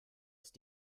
ist